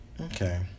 okay